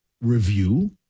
review